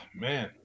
man